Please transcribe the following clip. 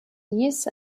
dies